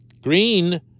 Green